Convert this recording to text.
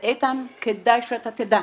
ואיתן, כדאי שאתה תדע,